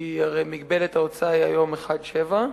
כי הרי מגבלת ההוצאה היום היא 1.7%,